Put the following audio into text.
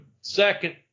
second